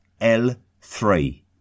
L3